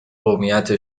قومیت